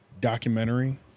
documentary